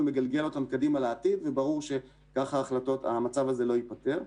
מגלגל אותן קדימה לעתיד וברור שכך המצב הזה לא ייפתר.